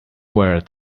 were